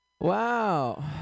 Wow